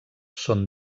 són